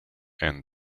and